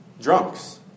drunks